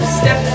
step